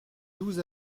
douze